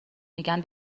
میگن